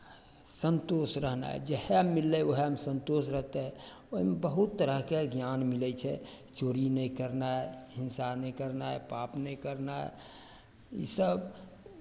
सन्तोष रहनाइ जएह मिललै उएहमे सन्तोष रहतै ओहिमे बहुत तरहके ज्ञान मिलै छै चोरी नहि करनाइ हिंसा नहि करनाइ पाप नहि करनाइ इसभ